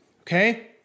okay